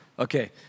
Okay